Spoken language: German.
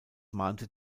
mahnte